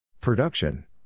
Production